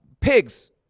Pigs